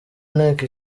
inteko